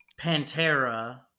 Pantera